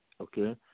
Okay